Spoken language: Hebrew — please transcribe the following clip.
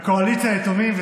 הקואליציה, היתומים.